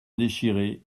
déchirés